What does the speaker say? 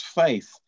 faith